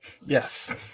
Yes